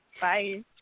Bye